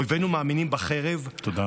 אויבינו מאמינים בחרב, תודה רבה.